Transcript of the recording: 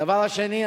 הדבר השני,